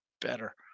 better